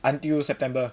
until September